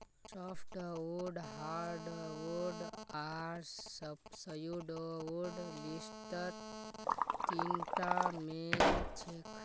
softwood hardwood आर pseudowood लिस्टत तीनटा मेन छेक